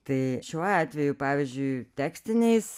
tai šiuo atveju pavyzdžiui tekstiniais